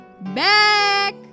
back